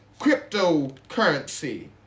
cryptocurrency